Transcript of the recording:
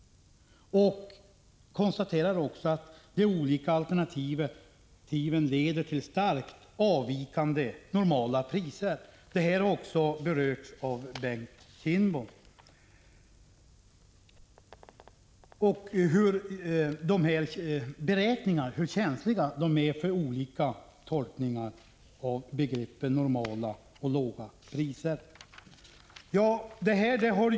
Detta har också berörts av Bengt Kindbom. Resultaten visar hur känsliga beräkningarna är för olika tolkningar av begreppen normala och låga priser. Herr talman!